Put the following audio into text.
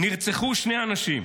נרצחו שני אנשים,